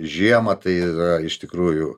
žiemą tai yra iš tikrųjų